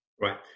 Right